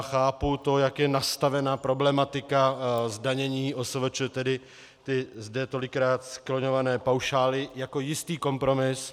Chápu to, jak je nastavena problematika zdanění OSVČ, tedy ty zde tolikrát skloňované paušály, jako jistý kompromis.